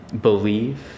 Believe